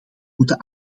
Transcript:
moeten